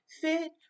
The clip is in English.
fit